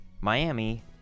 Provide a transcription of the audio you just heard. Miami